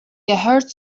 gehört